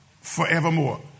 forevermore